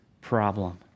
problem